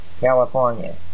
California